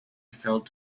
felt